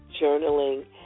journaling